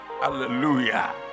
Hallelujah